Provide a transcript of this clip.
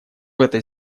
этой